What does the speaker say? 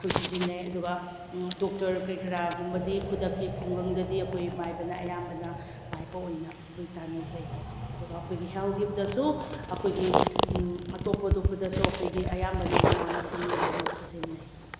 ꯑꯩꯈꯣꯏ ꯁꯤꯖꯤꯟꯅꯩ ꯑꯗꯨꯒ ꯗꯣꯛꯇꯔ ꯀꯩꯀꯔꯥꯒꯨꯝꯕꯗꯤ ꯈꯨꯗꯛꯀꯤ ꯈꯨꯡꯒꯪꯗꯗꯤ ꯑꯩꯈꯣꯏ ꯃꯥꯏꯕꯅ ꯑꯌꯥꯝꯕꯅ ꯃꯥꯏꯕ ꯑꯣꯏꯅ ꯑꯩꯈꯣꯏ ꯇꯥꯟꯅꯖꯩ ꯑꯗꯨꯒ ꯑꯩꯈꯣꯏꯒꯤ ꯍꯦꯜꯠꯀꯤꯗꯁꯨ ꯑꯩꯈꯣꯏꯒꯤ ꯑꯇꯣꯞ ꯑꯇꯣꯞꯄꯗꯁꯨ ꯑꯩꯈꯣꯏꯒꯤ ꯑꯌꯥꯝꯕꯅ ꯃꯅꯥ ꯃꯁꯤꯡꯅ ꯁꯤꯖꯟꯅꯩ